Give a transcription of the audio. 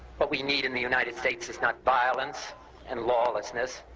what we need in the united states is not violence and lawlessness,